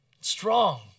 Strong